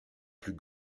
plus